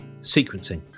sequencing